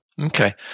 Okay